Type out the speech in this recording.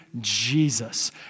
Jesus